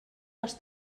les